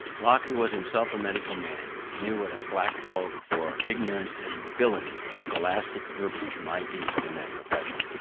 locke, who was himself a medical man, knew what a black cloak for ignorance and villainy scholastic verbiage might be in that profession.